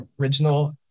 original